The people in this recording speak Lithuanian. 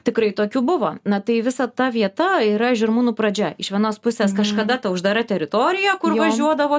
tikrai tokių buvo na tai visa ta vieta yra žirmūnų pradžia iš vienos pusės kažkada ta uždara teritorija kur važiuodavo